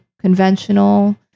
conventional